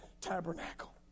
tabernacle